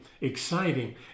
exciting